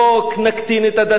נקטין את הדתיים,